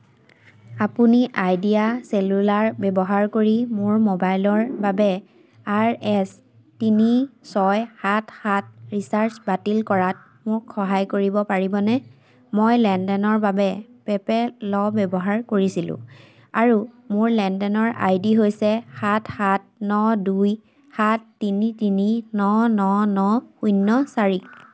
আপুনি Idea Cellular ব্যৱহাৰ কৰি মোৰ মোবাইলৰ বাবে আৰ এছ তিনি ছয় সাত সাত ৰিচাৰ্জ বাতিল কৰাত মোক সহায় কৰিব পাৰিবনে মই লেনদেনৰ বাবে পেপে'ল ব্যৱহাৰ কৰিছিলোঁ আৰু মোৰ লেনদেনৰ আই ডি হৈছে সাত সাত ন দুই সাত তিনি তিনি ন ন ন শূন্য চাৰি